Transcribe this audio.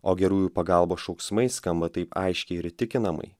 o gerųjų pagalbos šauksmai skamba taip aiškiai ir įtikinamai